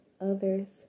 others